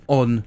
on